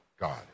God